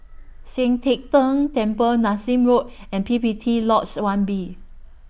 Sian Teck Tng Temple Nassim Road and P P T Lodge one B